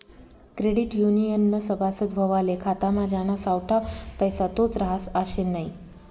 credit युनियननं सभासद व्हवाले खातामा ज्याना सावठा पैसा तोच रहास आशे नै